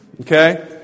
okay